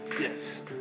Yes